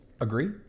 Agree